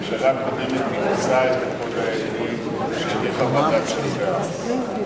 הממשלה הקודמת אימצה את הקוד האתי שהניחה ועדת שרים לחקיקה.